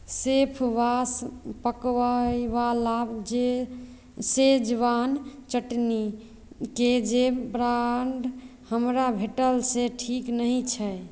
Chef Boss पकबयवला जे Schezwan चटनीकेँ जे ब्राण्ड हमरा भेटल से ठीक नहि छै